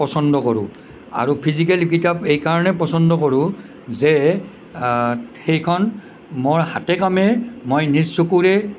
পচন্দ কৰোঁ আৰু ফিজিকেল কিতাপ এইকাৰণে পচন্দ কৰোঁ যে সেইখন মোৰ হাতে কামে মই নিজ চকুৰে